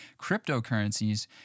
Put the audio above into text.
cryptocurrencies –